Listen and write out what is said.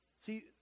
See